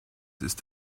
ist